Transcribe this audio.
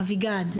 אביגד.